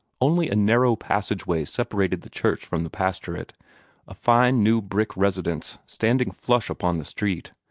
only a narrow passage-way separated the church from the pastorate a fine new brick residence standing flush upon the street.